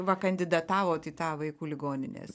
va kandidatavot į tą vaikų ligoninės